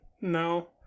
No